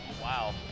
Wow